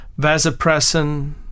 vasopressin